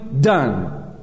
done